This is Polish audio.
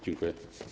Dziękuję.